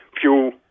fuel